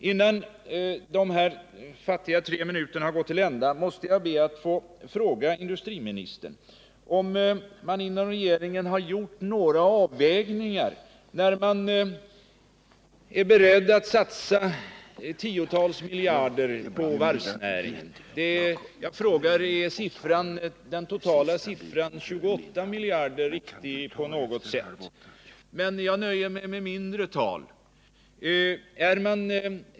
Innan dessa fattiga tre minuter gått till ända måste jag få fråga industriministern om man inom regeringen gjort några avvägningar mellan behoven i olika branscher. Man är ju beredd att satsa tiotals miljarder på varvsnäringen, och jag frågar mig om den totala summan på 28 miljarder är den korrekta.